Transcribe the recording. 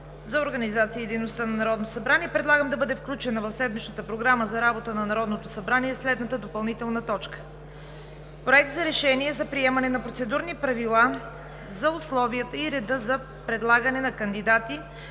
за организацията и дейността на Народното събрание предлагам да бъде включена в седмичната програма за работа на Народното събрание следната допълнителна точка: Проект за решение за приемане на Процедурни правила за условията и реда за предлагане на кандидати,